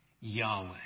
Yahweh